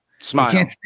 smile